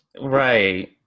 right